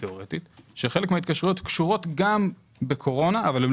תיאורטית שחלק מההתקשרויות קשורות גם בקורונה אבל לא